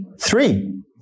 Three